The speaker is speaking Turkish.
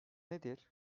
nedir